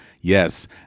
Yes